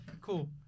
Cool